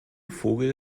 vogel